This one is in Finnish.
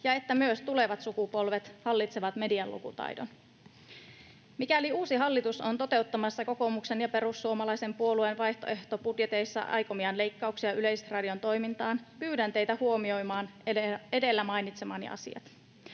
ja että myös tulevat sukupolvet hallitsevat median lukutaidon. Mikäli uusi hallitus on toteuttamassa kokoomuksen ja perussuomalaisen puolueen vaihtoehtobudjeteissa aikomiaan leikkauksia Yleisradion toimintaan, pyydän teitä huomioimaan edellä mainitsemani asiat.